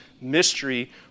mystery